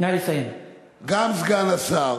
גם סגן השר